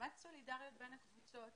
שרמת הסולידריות בין הקבוצות